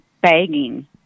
begging